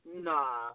Nah